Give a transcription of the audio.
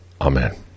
Amen